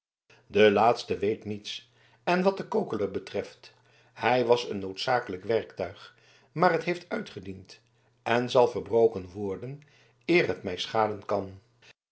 de laatste weet niets en wat den kokeler betreft hij was een noodzakelijk werktuig maar het heeft uitgediend en zal verbroken worden eer het mij schaden kan